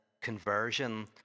conversion